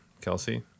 Kelsey